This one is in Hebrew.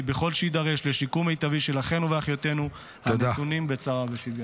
בכל שיידרש לשיקום מיטבי של אחינו ואחיותינו הנתונים בצרה ובשביה.